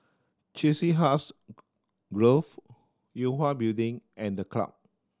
Chiselhurst Grove Yue Hwa Building and The Club